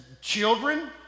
children